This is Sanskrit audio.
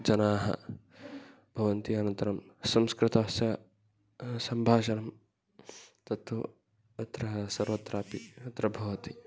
जनाः भवन्ति अनन्तरं संस्कृतस्य सम्भाषणं तत्तु अत्र सर्वत्रापि अत्र भवति